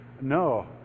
no